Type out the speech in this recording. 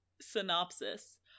synopsis